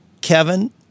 Kevin